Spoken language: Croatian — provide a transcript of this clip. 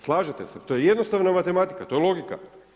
Slažete se, to je jednostavna matematika, to je logika.